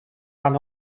run